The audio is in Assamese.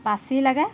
পাঁচি লাগে